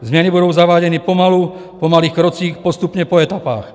Změny budou zaváděny pomalu po malých krocích, postupně, po etapách.